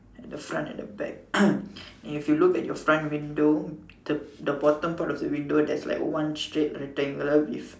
and the front and the back and if you look at your front window the the bottom part of the window there's like one straight rectangle with